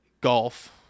Golf